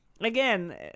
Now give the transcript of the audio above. Again